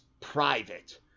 private